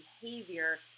behavior